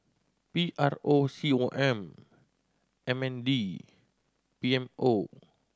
P R O C O M M N D P M O